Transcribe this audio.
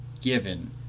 given